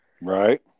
Right